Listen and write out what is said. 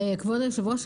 כבוד היושב ראש,